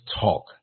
talk